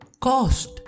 cost